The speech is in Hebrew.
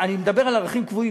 אני מדבר על ערכים קבועים,